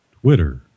Twitter